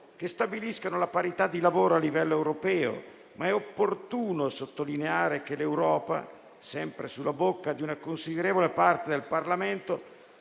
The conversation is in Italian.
che stabiliscono la parità di lavoro a livello europeo, è però opportuno sottolineare che l'Europa, sempre sulla bocca di una considerevole parte del Parlamento,